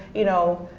you know